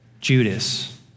Judas